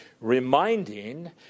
reminding